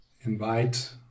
invite